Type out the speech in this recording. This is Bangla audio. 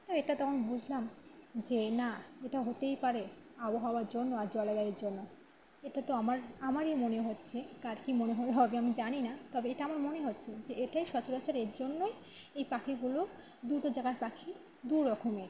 তো এটা তো আমি বুঝলাম যে না এটা হতেই পারে আবহাওয়ার জন্য আর জলবায়ুর জন্য এটা তো আমার আমারই মনে হচ্ছে কার কী মনে হবে হবে আমি জানি না তবে এটা আমার মনে হচ্ছে যে এটাই সচরাচর এর জন্যই এই পাখিগুলো দুটো জায়গার পাখি দুরকমের